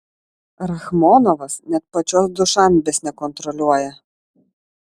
rachmonovas net pačios dušanbės nekontroliuoja